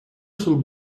sul